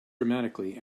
dramatically